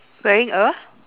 wearing a